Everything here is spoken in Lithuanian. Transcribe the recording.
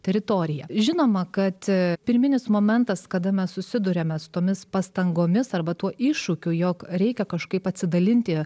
teritorija žinoma kad pirminis momentas kada mes susiduriame su tomis pastangomis arba tuo iššūkiu jog reikia kažkaip atsidalinti